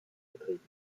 vertrieben